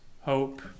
hope